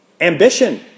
ambition